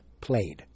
Played